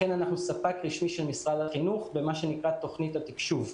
לכן אנחנו ספק רשמי של משרד החינוך במה שנקרא תוכנית התקשוב.